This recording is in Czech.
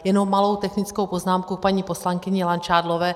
Jenom malou technickou poznámku k paní poslankyni Langšádlové.